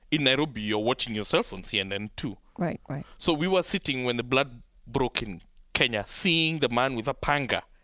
in nairobi you're watching yourself on cnn too right. right so we were sitting when the blood broke in kenya, seeing the man with the panga.